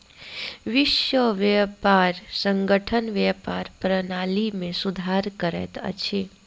विश्व व्यापार संगठन व्यापार प्रणाली में सुधार करैत अछि